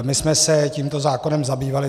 My jsme se tímto zákonem zabývali.